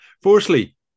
Firstly